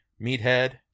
Meathead